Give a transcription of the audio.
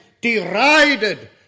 derided